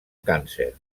càncer